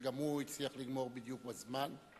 שגם הוא הצליח לגמור בדיוק בזמן,